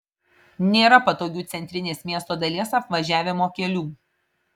nėra patogių centrinės miesto dalies apvažiavimo kelių